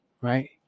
right